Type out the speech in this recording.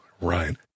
right